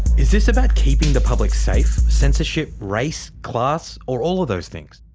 is this about keeping the public safe, censorship, race, class. or all of those things?